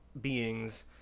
beings